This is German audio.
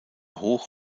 hoch